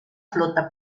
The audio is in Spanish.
flota